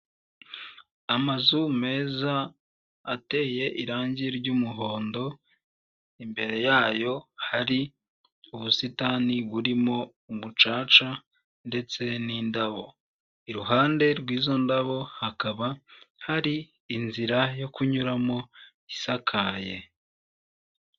Amazu meza ateye irangi ry'umuhondo, imbere yayo hari ubusitani burimo umucaca ndetse n'indabo, i ruhande rw'izo ndabo hakaba hari inzira yo kunyuramo isakaye.